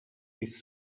his